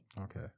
Okay